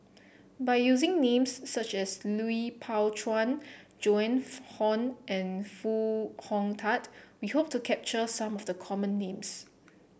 by using names such as Lui Pao Chuen Joan Hon and Foo Hong Tatt we hope to capture some of the common names